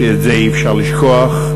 ואת זה אי-אפשר לשכוח,